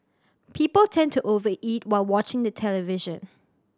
people tend to over eat while watching the television